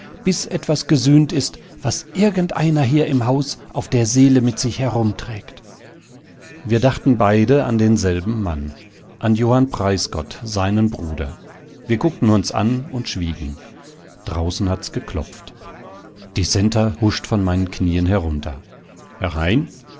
gesühnt ist was irgendeiner hier im haus auf der seele mit sich